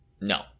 No